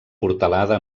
portalada